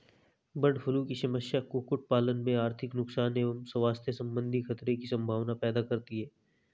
bird flu की समस्या कुक्कुट पालन में आर्थिक नुकसान एवं स्वास्थ्य सम्बन्धी खतरे की सम्भावना पैदा करती है